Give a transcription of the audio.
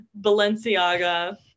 Balenciaga